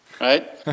right